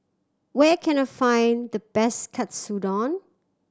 where can I find the best Katsudon